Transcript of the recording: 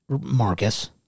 Marcus